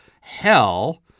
hell